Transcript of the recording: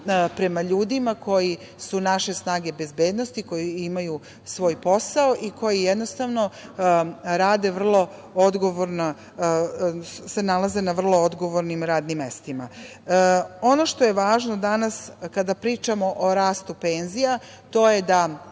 prema ljudima koji su naše snage bezbednosti, koje imaju svoj posao i koji se nalaze na vrlo odgovornim radnim mestima. Ono što je važno danas kada pričamo o rastu penzija to je da